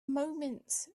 moments